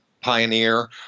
pioneer